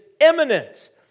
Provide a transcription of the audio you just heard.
imminent